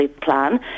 plan